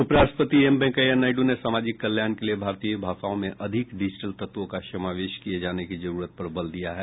उपराष्ट्रपति एम वेंकैया नायडू ने सामाजिक कल्याण के लिए भारतीय भाषाओं में अधिक डिजिटल तत्वों का समावेश किये जाने की जरूरत पर बल दिया है